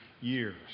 years